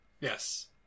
Yes